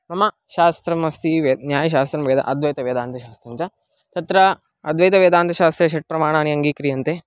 मम शास्त्रमस्ति वे न्यायशास्त्रं वेद अद्वैतवेदान्तशास्त्रं च तत्र अद्वैतवेदान्तशास्त्रे षट् प्रमाणानि अङ्गीक्रियन्ते